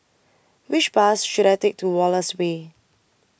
Which Bus should I Take to Wallace Way